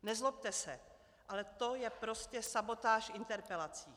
Nezlobte se, ale to je prostě sabotáž interpelací.